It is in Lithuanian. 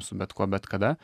su bet kuo bet kada